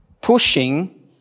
pushing